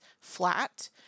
flat